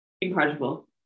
incredible